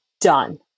done